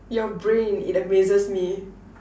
your brain it amazes me